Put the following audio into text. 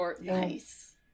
Nice